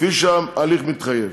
כפי שההליך מחייב.